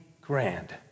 grand